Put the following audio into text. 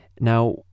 Now